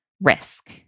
risk